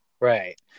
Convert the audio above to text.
Right